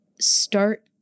start